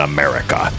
America